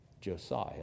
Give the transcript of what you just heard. Josiah